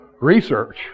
research